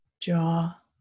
Jaw